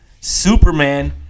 Superman